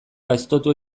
gaiztotu